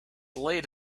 late